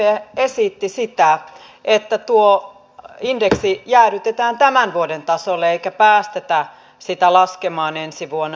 sdp esitti sitä että tuo indeksi jäädytetään tämän vuoden tasolle eikä päästetä sitä laskemaan ensi vuonna